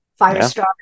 Firestar